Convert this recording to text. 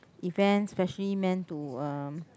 event specially meant to